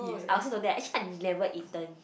I also don't dare actually I never eaten